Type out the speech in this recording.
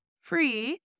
free